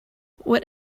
what